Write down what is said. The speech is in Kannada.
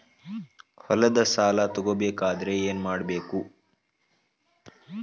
ಹೊಲದ ಸಾಲ ತಗೋಬೇಕಾದ್ರೆ ಏನ್ಮಾಡಬೇಕು?